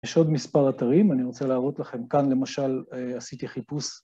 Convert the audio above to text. יש עוד מספר אתרים, אני רוצה להראות לכם כאן למשל, עשיתי חיפוש.